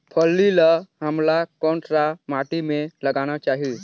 फल्ली ल हमला कौन सा माटी मे लगाना चाही?